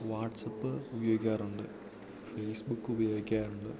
WhatsApp ഉപയോഗിക്കാറുണ്ട് Facebook ഉപയോഗിക്കാറുണ്ട്